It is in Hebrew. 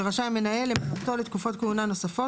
ורשאי המנהל למנותו לתקופות כהונה נוספות